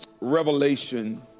revelation